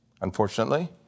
unfortunately